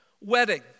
wedding